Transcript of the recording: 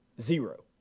zero